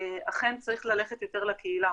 אכן צריך יותר ללכת לקהילה.